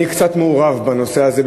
אני קצת מעורב בנושא הזה,